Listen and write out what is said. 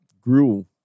grew